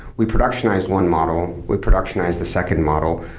we productionize one model, we productionize the second model,